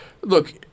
look